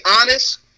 honest